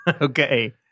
okay